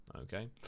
Okay